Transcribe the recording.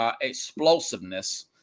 explosiveness